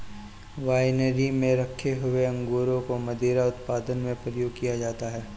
winery में रखे हुए अंगूरों को मदिरा उत्पादन में प्रयोग किया जाता है